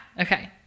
Okay